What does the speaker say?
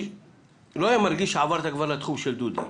לא היה מרגיש שעברת כבר לתחום של דודי.